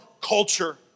culture